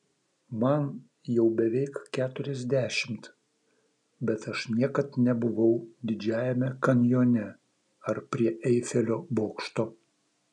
man jau beveik keturiasdešimt bet aš niekad nebuvau didžiajame kanjone ar prie eifelio bokšto